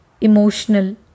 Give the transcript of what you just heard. emotional